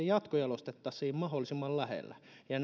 jatkojalostettaisiin mahdollisimman lähellä ja